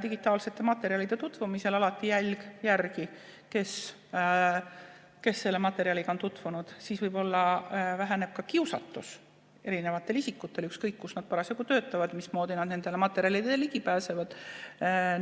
Digitaalsete materjalidega tutvumisest jääb alati jälg, kes selle materjaliga on tutvunud. Siis võib-olla väheneb kiusatus erinevatel isikutel, ükskõik, kus nad parasjagu töötavad ja mismoodi nad nendele materjalidele ligi pääsevad,